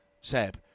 Seb